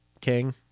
king